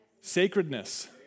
sacredness